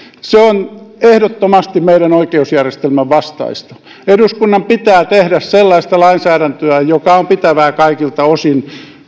se on ehdottomasti meidän oikeusjärjestelmämme vastaista eduskunnan pitää tehdä sellaista lainsäädäntöä joka on pitävää kaikilta osin